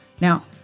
Now